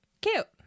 Cute